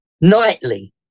nightly